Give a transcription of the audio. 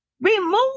remove